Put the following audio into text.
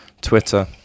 Twitter